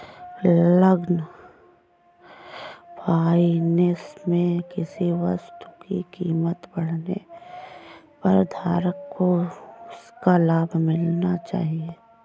long finance में किसी वस्तु की कीमत बढ़ने पर धारक को उसका लाभ मिलना चाहिए